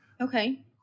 Okay